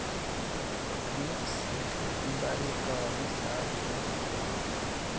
तकनीक से खेतीबारी क विस्तार खूब हो रहल बा